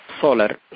solar